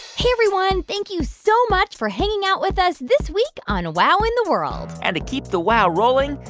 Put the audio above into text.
hey, everyone. thank you so much for hanging out with us this week on wow in the world and to keep the wow rolling,